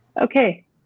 okay